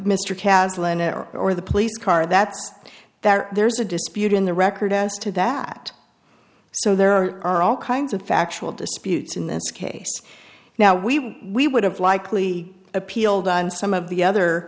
and or the police car that's that there's a dispute in the record as to that so there are are all kinds of factual disputes in this case now we we would have likely appealed on some of the other